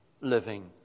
living